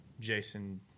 Jason